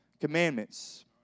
commandments